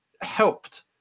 helped